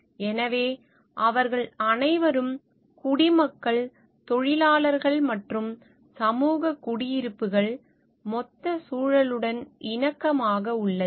எனவே அவர்கள் அனைவரும் குடிமக்கள் தொழிலாளர்கள் மற்றும் சமூக குடியிருப்புகள் மொத்த சூழலுடன் இணக்கமாக உள்ளது